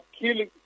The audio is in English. killing